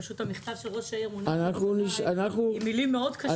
פשוט המכתב של ראש העיר מונח לפניי עם מילים מאוד קשות.